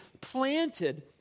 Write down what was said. planted